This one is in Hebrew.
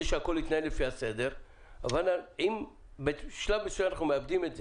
שהכל יתנהל לפי הסדר אבל בשלב מסוים אנחנו מאבדים את זה.